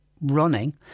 running